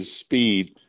speed –